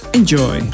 Enjoy